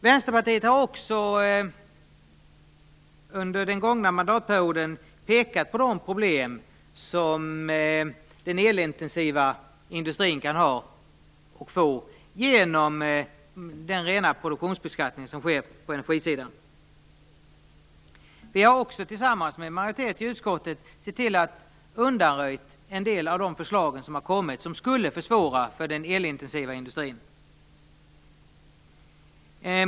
Vänsterpartiet har också under den gångna mandatperioden pekat på de problem som den elintensiva industrin kan få genom den rena produktionsbeskattning som sker på energisidan. Vi har också tillsammans med en majoritet i utskottet sett till att undanröja en del av de förslag som har kommit som skulle försvåra för den elintensiva industrin.